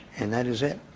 and that is it,